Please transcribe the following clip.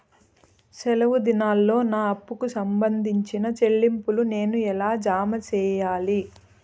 సెలవు దినాల్లో నా అప్పుకి సంబంధించిన చెల్లింపులు నేను ఎలా జామ సెయ్యాలి?